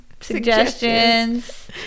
suggestions